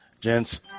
gents